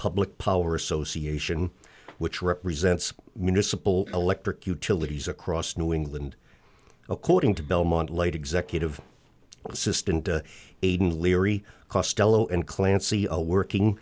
public power association which represents municipal electric utilities across new england according to belmont light executive assistant aiden leary costello and clancy a working